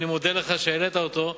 ואני מודה לך על שהעלית אותו,